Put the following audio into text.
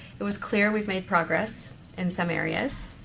it was clear we've made progress in some areas.